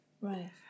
Right